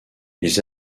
les